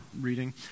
reading